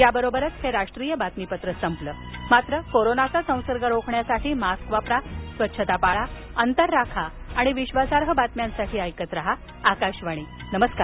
याबरोबरच हे राष्ट्रीय बातमीपत्र संपलं कोरोनाचा संसर्ग रोखण्यासाठी मास्क वापरा स्वच्छता पाळा अंतर राखा आणि विश्वासार्ह बातम्यांसाठी ऐकत रहा आकाशवाणी नमस्कार